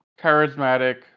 charismatic